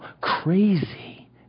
crazy